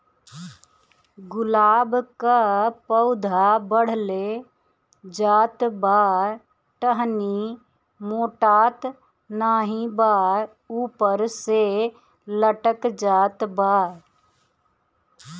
गुलाब क पौधा बढ़ले जात बा टहनी मोटात नाहीं बा ऊपर से लटक जात बा?